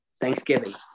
Thanksgiving